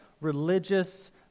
religious